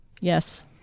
Yes